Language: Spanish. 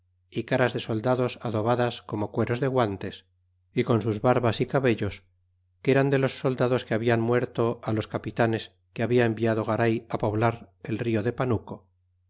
y caras de soldados adobadas como cueros de guantes y con sus barbas y cabellos que eran de los soldados que habian muerto los capitanes que habia enviado garay poblar el rio de panuco